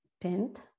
tenth